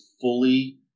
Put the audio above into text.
fully